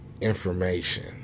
information